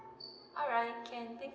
alright can thank